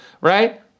right